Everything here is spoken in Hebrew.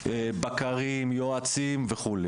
בקרים, יועצים וכו'.